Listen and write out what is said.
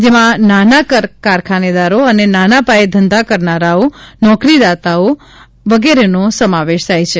જેમાં નાના કારખાનેદારો અને નાના પાયે ધંધો કરનારાઓ નોકરીદાતાઓ વગેરેનો સમાવેશ થાય છે